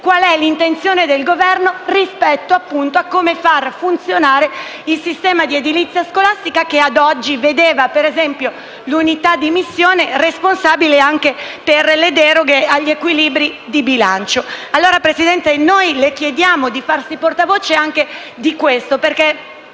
quale sia l'intenzione del Governo per far funzionare il sistema di edilizia scolastica, che ad oggi vedeva - per esempio - la Struttura di missione responsabile anche per le deroghe agli equilibri di bilancio. Allora, Presidente, noi le chiediamo di farsi portavoce anche di questo, perché